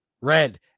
red